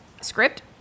script